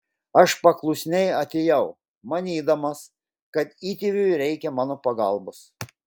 aš paklusniai atėjau manydamas kad įtėviui reikia mano pagalbos